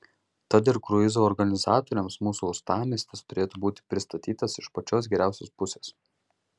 tad ir kruizų organizatoriams mūsų uostamiestis turėtų būti pristatytas iš pačios geriausios pusės